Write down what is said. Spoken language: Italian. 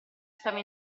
stava